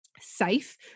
safe